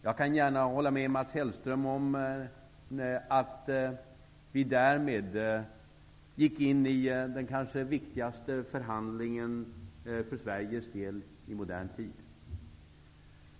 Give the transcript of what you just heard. Jag kan gärna hålla med Mats Hellström om att vi därmed gick in i den kanske viktigaste förhandlingen för Sveriges del i modern tid.